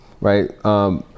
right